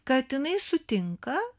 kad jinai sutinka